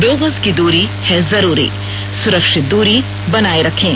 दो गज की दूरी है जरूरी सुरक्षित दूरी बनाए रखें